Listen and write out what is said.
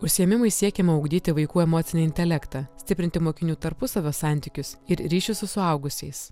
užsiėmimai siekiama ugdyti vaikų emocinį intelektą stiprinti mokinių tarpusavio santykius ir ryšius su suaugusiais